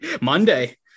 Monday